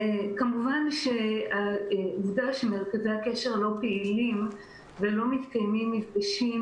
כמובן שהעובדה שמרכזי הקשר לא פעילים ולא מתקיימים מפגשים